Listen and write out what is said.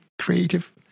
creative